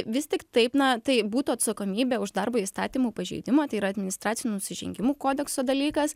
vis tik taip na tai būtų atsakomybė už darbo įstatymų pažeidimą tai yra administracinių nusižengimų kodekso dalykas